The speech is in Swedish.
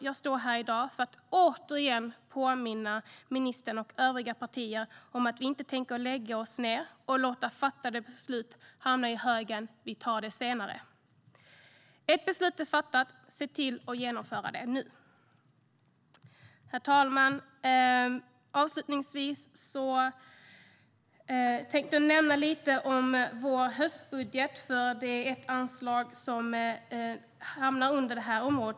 Jag står här i dag för att åter påminna ministern och övriga partier om att vi inte tänker lägga oss ned och låta fattade beslut hamna i högen "vi-tar-det-senare". Ett beslut är fattat - se till att genomföra det nu! Herr talman! Jag tänkte nämna något om vår höstbudget eftersom ett anslag där hamnar inom detta område.